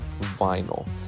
Vinyl